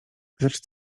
lecz